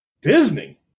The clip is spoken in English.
Disney